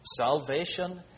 Salvation